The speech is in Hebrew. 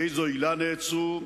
באיזו עילה נעצרו,